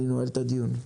אני נועל את הדיון.